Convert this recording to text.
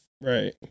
Right